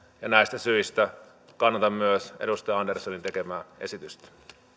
näistä syistä kannatan myös edustaja anderssonin tekemää esitystä